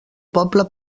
poble